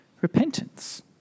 Repentance